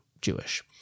Jewish